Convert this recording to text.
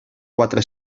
quatre